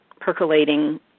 percolating